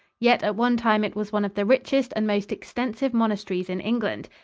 yet at one time it was one of the richest and most extensive monasteries in england.